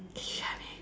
can you hear me